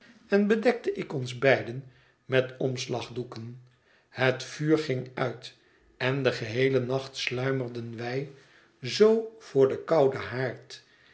en bedekte ik ons beiden met omslagdoeken het vuur ging uit en den geheelen nacht sluimerden wij zoo voor den kouden haard